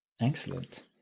Excellent